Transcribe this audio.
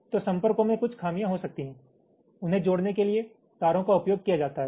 तो संपर्कों में कुछ खामियां हो सकती हैं उन्हें जोड़ने के लिए तारों का उपयोग किया जाता है